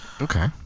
Okay